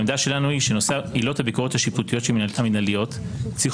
העמדה שלנו היא שנושא עילות הביקורות השיפוטיות המנהליות צריך